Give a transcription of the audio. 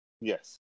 Yes